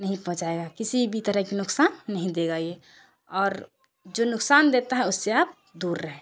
نہیں پہنچائے گا کسی بھی طرح کے نقصان نہیں دے گا یہ اور جو نقصان دیتا ہے اس سے آپ دور رہے